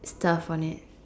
stuff on it